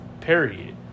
period